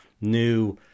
new